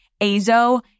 Azo